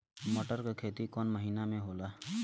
मटर क खेती कवन महिना मे होला?